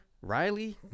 Riley